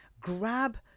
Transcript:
grab